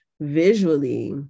visually